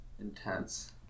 intense